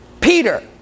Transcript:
Peter